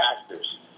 actors